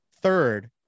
Third